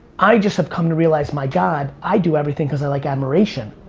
i just have come to realize, my god, i do everything cause i like admiration.